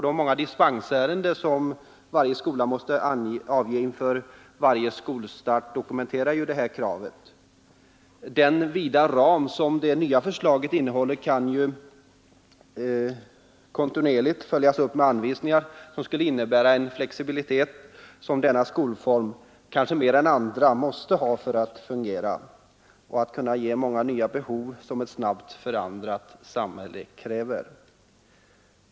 De många dispensärenden som varje skola måste avge inför varje skolstart dokumen terar detta krav. Den vida ram som det nya förslaget innehåller kan kontinuerligt följas upp med anvisningar som skulle innebära en flexibilitet som denna skolform — kanske mer än andra — måste ha för att fungera och för att kunna möta de många nya krav som ett snabbt förändrat samhälle ställer.